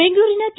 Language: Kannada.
ಬೆಂಗಳೂರಿನ ಕೆ